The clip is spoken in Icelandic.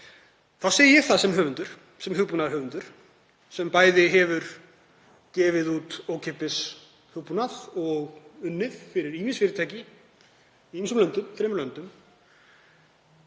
Þá segi ég það sem höfundur, sem hugbúnaðarhöfundur, sem bæði hefur gefið út ókeypis hugbúnað og unnið fyrir ýmis fyrirtæki í þremur löndum,